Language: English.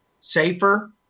safer